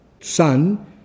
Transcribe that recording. son